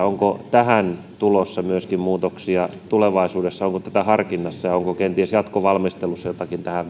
tähän tulossa myöskin muutoksia tulevaisuudessa onko tätä harkinnassa ja onko kenties jatkovalmistelussa jotakin tähän